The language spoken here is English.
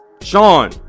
Sean